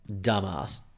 dumbass